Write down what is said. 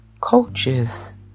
coaches